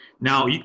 Now